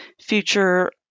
future